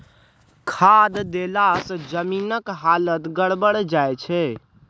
खाद देलासँ जमीनक हालत गड़बड़ा जाय छै